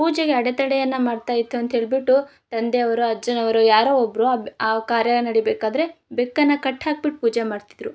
ಪೂಜೆಗೆ ಅಡೆತಡೆಯನ್ನು ಮಾಡ್ತಾ ಇತ್ತು ಅಂತ ಹೇಳಿಬಿಟ್ಟು ತಂದೆಯವರು ಅಜ್ಜನವರು ಯಾರೋ ಒಬ್ಬರು ಆ ಕಾರ್ಯ ನಡಿಬೇಕಾದರೆ ಬೆಕ್ಕನ್ನು ಕಟ್ಟಿ ಹಾಕ್ಬಿಟ್ಟ ಪೂಜೆ ಮಾಡ್ತಿದ್ರು